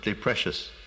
precious